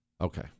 Okay